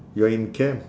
you're in camp